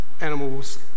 animals